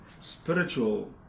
spiritual